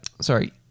Sorry